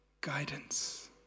guidance